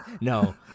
No